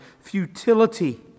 futility